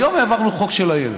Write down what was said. היום העברנו חוק של איילת.